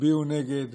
תצביעו נגד